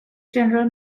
general